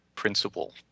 principle